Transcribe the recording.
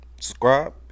subscribe